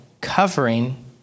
covering